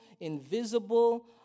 invisible